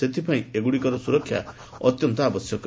ସେଥିପାଇଁ ଏଗୁଡିକର ସ୍ବରକ୍ଷା ଅତ୍ୟନ୍ତ ଆବଶ୍ୟକ